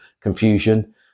confusion